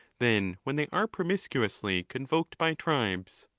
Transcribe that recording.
than when they are promiscuously convoked by tribes.